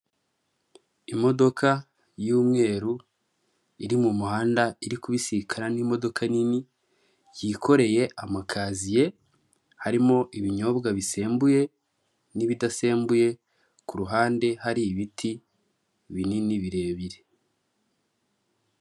Imodoka y'umweru, iri mu muhanda iri kubisikana n'imodoka nini, yikoreye amakaziye, harimo ibinyobwa bisembuye n'ibidasembuye, ku ruhande har'ibiti binini birebire.